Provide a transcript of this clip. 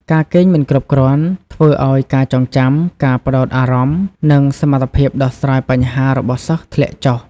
ការគេងមិនគ្រប់គ្រាន់ធ្វើឱ្យការចងចាំ ការផ្តោតអារម្មណ៍ និងសមត្ថភាពដោះស្រាយបញ្ហារបស់សិស្សធ្លាក់ចុះ។